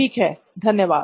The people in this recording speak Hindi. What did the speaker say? ठीक है धन्यवाद